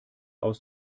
aus